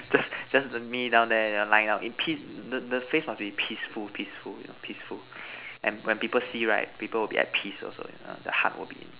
just just me down there you know lying down in peace the the face must be peaceful peaceful you know peaceful and when people see right people will be at peace you know also the heart will be